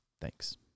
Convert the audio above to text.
Thanks